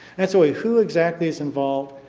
and so ah who exactly is involved?